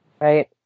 right